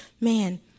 man